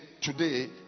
Today